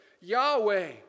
Yahweh